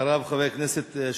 אין.